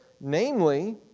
Namely